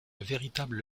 véritable